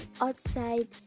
outside